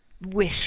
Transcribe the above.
wish